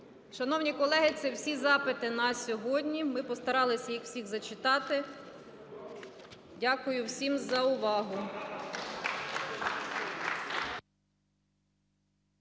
Шановні колеги, це всі запити на сьогодні. Ми постаралися їх всі зачитати. Дякую всім за увагу.